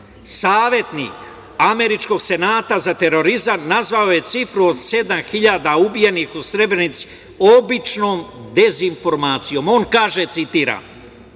savetnik američkog senata za terorizam nazvao je cifru od sedam hiljada ubijenih u Srebrenici običnom dezinformacijom. On kaže, citiram